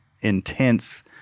intense